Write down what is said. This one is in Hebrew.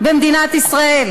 במדינת ישראל.